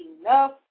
enough